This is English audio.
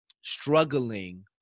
struggling